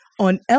on